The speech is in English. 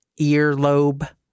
earlobe